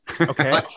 Okay